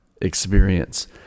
experience